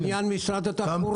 לעניין משרד התחבורה.